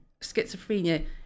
schizophrenia